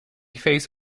face